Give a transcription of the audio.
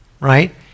right